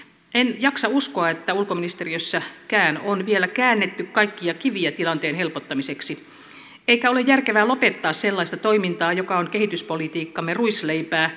en jaksa uskoa että ulkoministeriössäkään on vielä käännetty kaikkia kiviä tilanteen helpottamiseksi eikä ole järkevää lopettaa sellaista toimintaa joka on kehityspolitiikkamme ruisleipää